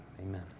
Amen